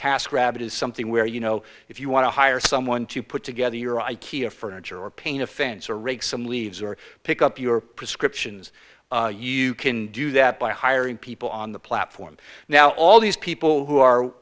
task rabbit is something where you know if you want to hire someone to put together your ikea furniture or paint a fence or rake some leaves or pick up your prescriptions you can do that by hiring people on the platform now all these people who are